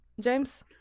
james